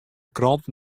krante